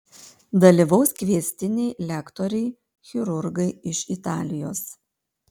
dalyvaus kviestiniai lektoriai chirurgai iš italijos